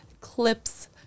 clips